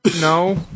No